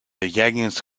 younger